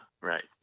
Right